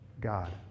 God